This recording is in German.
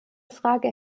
frage